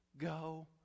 Go